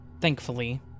thankfully